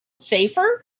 safer